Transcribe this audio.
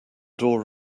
door